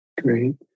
Great